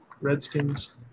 Redskins